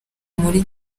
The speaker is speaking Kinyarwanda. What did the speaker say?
muri